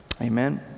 Amen